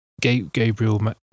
Gabriel